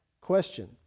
question